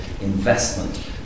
investment